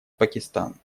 пакистан